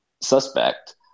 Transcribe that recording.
suspect